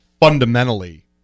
fundamentally